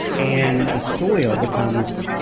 and the soil becomes.